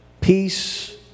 peace